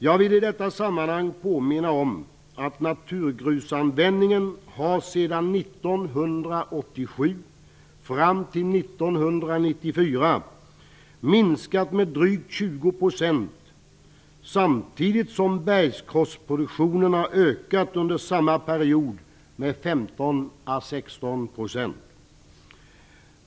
Jag vill i detta sammanhang påminna om att naturgrusanvändningen sedan 1987 och fram till 1994 har minskat med drygt 20 %, samtidigt som bergkrossproduktionen under samma period har ökat med 15 à 16 %.